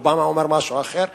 אובמה אומר משהו אחר.